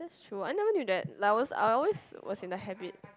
true I never knew that like I was I was always was in the habit